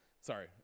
Sorry